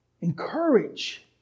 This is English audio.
encourage